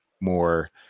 more